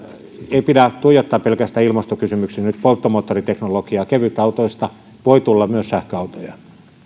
ei pidä tuijottaa pelkästään ilmastokysymyksiä nyt polttomoottoriteknologiakevytautoista voi tulla myös sähköautoja